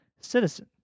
citizen